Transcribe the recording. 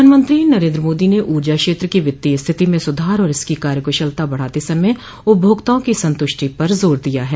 प्रधानमंत्री नरेन्द्र मोदी ने ऊर्जा क्षेत्र की वित्तीय स्थिति में सुधार और इसकी कार्य कुशलता बढ़ाते समय उपभोक्ताओं की संतुष्टि पर जोर दिया ह